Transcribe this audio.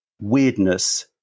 weirdness